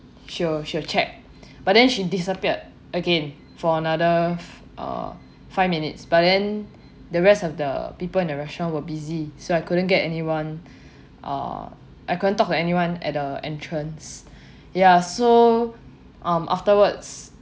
she will she will check but then she disappeared again for another uh five minutes but then the rest of the people in the restaurant were busy so I couldn't get anyone uh I couldn't talk to anyone at the entrance ya so um afterwards